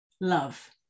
Love